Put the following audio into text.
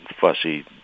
fussy